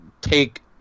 take